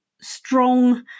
strong